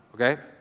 okay